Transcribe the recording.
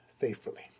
faithfully